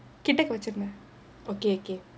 கிட்டக்க வச்சுருந்தேன்:kittakka vachurundhaen okay okay